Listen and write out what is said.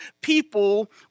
people